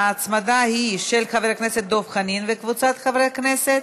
ההצמדה היא של חבר הכנסת דב חנין וקבוצת חברי הכנסת,